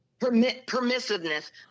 Permissiveness